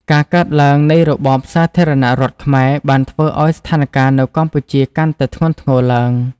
ការកើតឡើងនៃរបបសាធារណរដ្ឋខ្មែរបានធ្វើឱ្យស្ថានការណ៍នៅកម្ពុជាកាន់តែធ្ងន់ធ្ងរឡើង។